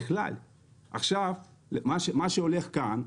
מה שהולך כאן,